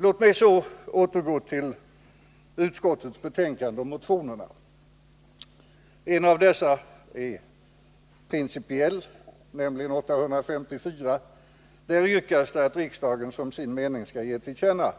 Låt mig så återgå till utskottets betänkande och motionerna. En av dessa är av principiell karaktär, nämligen nr 854. Där yrkas det att riksdagen som sin mening ger till känna